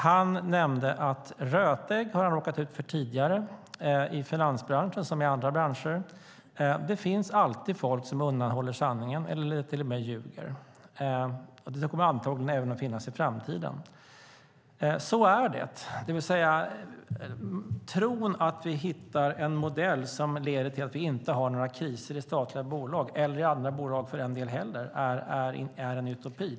Han nämnde att han har råkat ut för rötägg tidigare i finansbranschen liksom i andra branscher. Det finns alltid folk som undanhåller sanningen eller till och med ljuger. Det kommer antagligen även att finnas i framtiden. Så är det. Tron att vi ska hitta en modell som leder till att vi inte har några kriser i statliga bolag, eller i andra bolag för den delen heller, är en utopi.